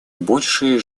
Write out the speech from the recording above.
больше